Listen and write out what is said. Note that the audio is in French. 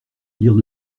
lire